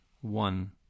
one